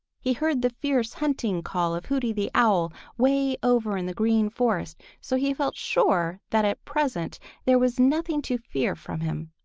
he heard the fierce hunting call of hooty the owl way over in the green forest, so he felt sure that at present there was nothing to fear from him.